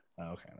Okay